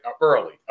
Early